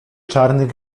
czarnych